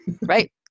Right